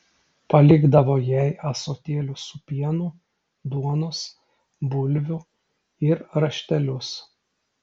palikdavo jai ąsotėlius su pienu duonos bulvių ir raštelius